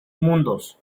mundos